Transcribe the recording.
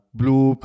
blue